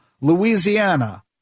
Louisiana